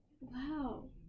Wow